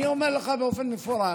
אני אומר לך באופן מפורש: